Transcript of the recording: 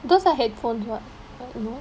those are headphones what what no